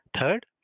Third